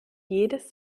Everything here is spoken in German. jedes